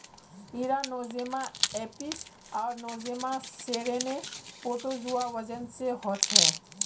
इरा Nosema apis आर Nosema ceranae protozoa वजह से होछे